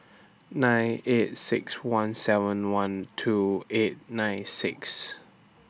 nine eight six one seven one two eight nine six